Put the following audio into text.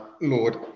Lord